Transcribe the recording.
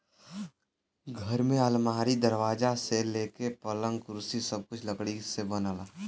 घर में अलमारी, दरवाजा से लेके पलंग, कुर्सी सब कुछ लकड़ी से बनला